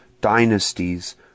dynasties